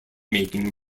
making